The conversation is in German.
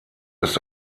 ist